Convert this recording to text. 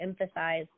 emphasize